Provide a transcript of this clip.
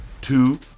two